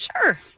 Sure